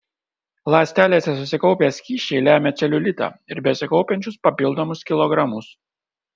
ląstelėse susikaupę skysčiai lemia celiulitą ir besikaupiančius papildomus kilogramus